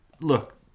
Look